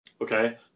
Okay